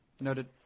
noted